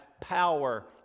power